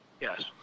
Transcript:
Yes